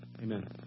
Amen